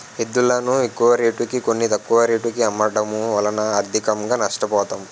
ఎద్దులును ఎక్కువరేటుకి కొని, తక్కువ రేటుకు అమ్మడము వలన ఆర్థికంగా నష్ట పోతాం